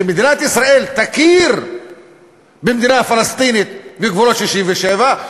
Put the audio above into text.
שמדינת ישראל תכיר במדינה פלסטינית בגבולות 67',